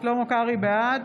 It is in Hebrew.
בעד